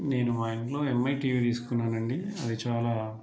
నేను మా ఇంట్లో ఎంఐ టీవీ తీసుకున్నాను అండి అది చాలా